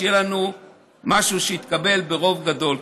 שיהיה לנו משהו שיתקבל ברוב גדול.